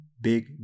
big